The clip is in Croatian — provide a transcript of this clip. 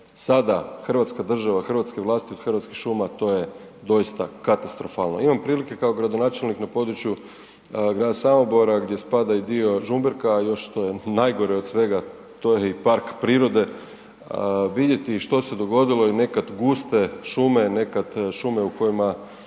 sada Hrvatska država, hrvatske vlasti od hrvatskih šuma to je doista katastrofalno. Imam prilike kao gradonačelnik na području grada Samobora gdje spada i dio Žumberka, a još što je najgore od svega to je i park prirode, vidjeti i što se dogodilo od nekad guste šume, nekad šume kroz